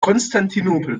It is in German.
konstantinopel